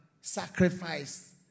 sacrifice